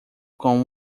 com